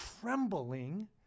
trembling